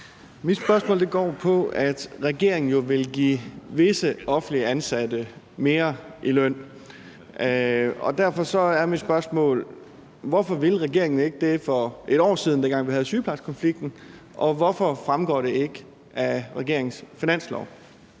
Mit spørgsmål går på det, at regeringen vil give visse offentligt ansatte mere i løn. Derfor er mit spørgsmål: Hvorfor ville regeringen ikke det for et år siden, da vi havde sygeplejerskekonflikten, og hvorfor fremgår det ikke af regeringens finanslovsforslag?